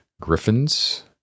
griffins